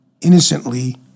innocently